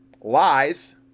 lies